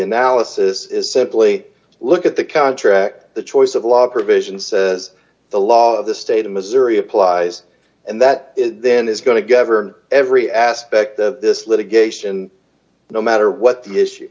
analysis is simply look at the contract the choice of law provision says the law of the state of missouri applies and that then is going to govern every aspect of this litigation no matter what the issue